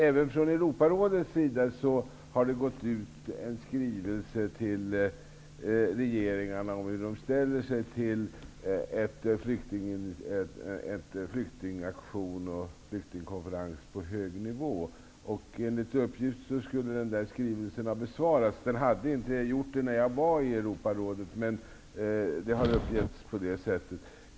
Från Europarådets sida har det gått ut en skrivelse till regeringarna om hur de ställer sig till en flyktingaktion och flyktingkonferens på hög nivå. Enligt uppgift skulle skrivelsen ha besvarats, men det hade inte gjorts när jag var nere i Europarådet.